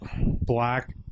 black